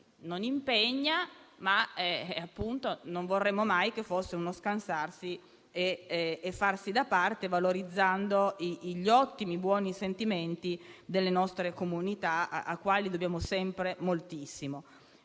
non impegna, ma non vorremmo mai che fosse uno scansarsi e un farsi da parte valorizzando gli ottimi sentimenti delle nostre comunità, alle quali dobbiamo sempre moltissimo.